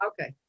Okay